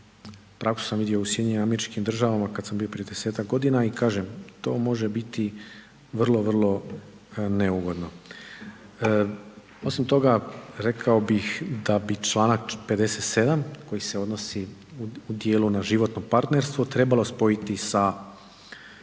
praksu sam vidio u SAD-u kada sam bio prije desetak godina i kažem to može biti vrlo, vrlo neugodno. Osim toga rekao bih da bi čl. 57. koji se odnosi u dijelu na životno partnerstvo trebalo spojiti sa